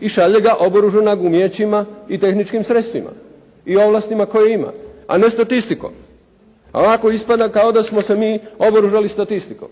i šalje ga oboružanog umijećima i tehničkim sredstvima i ovlastima koje ima, a ne statistikom. A ovako ispada kao da smo se mi oboružali statistikom